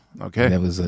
Okay